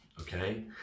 Okay